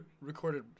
recorded